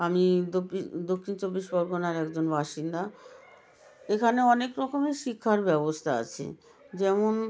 আমি দক্ষিণ চব্বিশ পরগনার একজন বাসিন্দা এখানে অনেক রকমের শিক্ষার ব্যবস্থা আছে যেমন